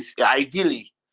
ideally